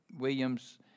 Williams